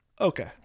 Okay